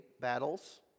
battles